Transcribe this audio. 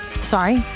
Sorry